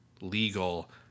legal